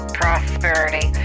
prosperity